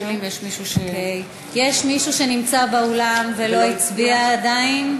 יש מישהו שנמצא באולם ולא הצביע עדיין?